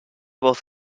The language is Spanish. voz